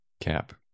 Cap